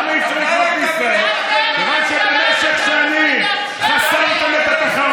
והגעתם למצב שאי-אפשר לקנות פה בית.